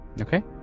Okay